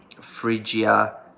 phrygia